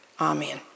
Amen